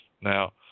now